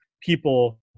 people